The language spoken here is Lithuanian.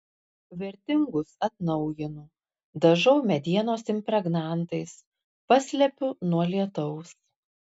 vertingus atnaujinu dažau medienos impregnantais paslepiu nuo lietaus